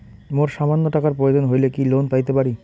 মোর সামান্য টাকার প্রয়োজন হইলে কি লোন পাইতে পারি?